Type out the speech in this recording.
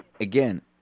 again